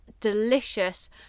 delicious